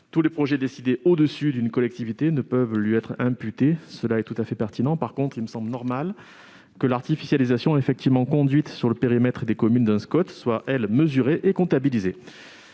tous les projets décidés « au-dessus » d'une collectivité ne peuvent lui être imputés. Ce principe me paraît tout à fait pertinent. En revanche, il me semble normal que l'artificialisation effectivement réalisée sur le périmètre des communes d'un SCoT soit, elle, mesurée et comptabilisée